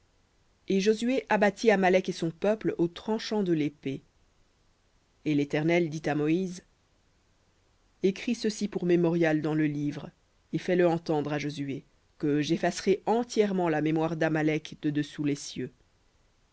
et josué abattit amalek et son peuple au tranchant de lépée et l'éternel dit à moïse écris ceci pour mémorial dans le livre et fais-le entendre à josué que j'effacerai entièrement la mémoire d'amalek de dessous les cieux